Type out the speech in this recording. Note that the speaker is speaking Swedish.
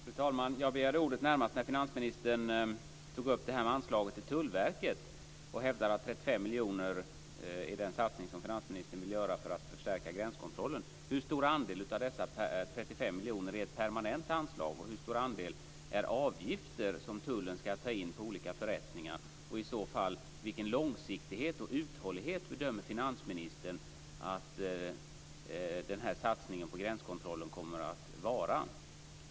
Fru talman! Jag begärde ordet när finansministern tog upp frågan om anslaget till Tullverket. Han hävdade att 35 miljoner kronor är den satsning som finansministern vill göra för att förstärka gränskontrollen. Hur stor andel av dessa 35 miljoner är ett permanent anslag, och hur stor andel är avgifter som tullen ska ta in på olika förrättningar? Vilken långsiktighet och uthållighet bedömer finansministern att den här satsningen på gränskontrollen kommer att få?